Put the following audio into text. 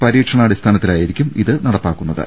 പരീക്ഷണാടിസ്ഥാനത്തിലായിരിക്കും ഇത് നടപ്പാക്കു ന്നത്